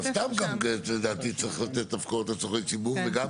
אבל גם לדעתי צריך לתת הפקעות לצרכי ציבור וגם,